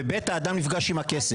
ו-ב', האדם נפגש עם הכסף.